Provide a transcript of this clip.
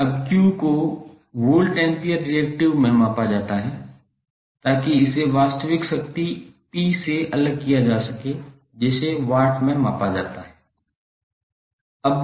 अब Q को volt ampere reactive में मापा जाता है ताकि इसे वास्तविक शक्ति P से अलग किया जा सके जिसे वाट में मापा जाता है